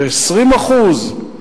זה 20%?